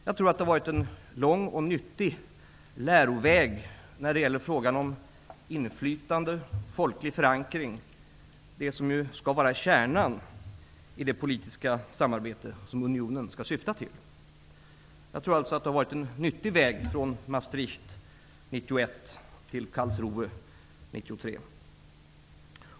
Jag tror att det har varit en lång och nyttig läroväg när det gäller frågan om inflytande och folklig förankring -- det som ju skall vara kärnan i det politiska samarbete som unionen skall syfta till. Jag tror alltså att det har varit en nyttig väg från Maastricht 1991 till Karlsruhe 1993.